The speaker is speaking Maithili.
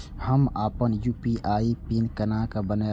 हम अपन यू.पी.आई पिन केना बनैब?